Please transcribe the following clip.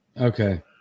Okay